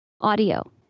audio